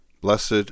Blessed